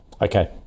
okay